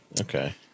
Okay